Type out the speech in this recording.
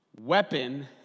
weapon